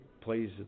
plays